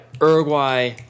Uruguay